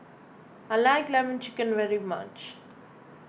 I like Lemon Chicken very much